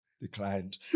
declined